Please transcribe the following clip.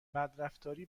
بدرفتاری